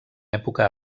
època